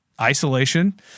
isolation